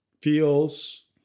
feels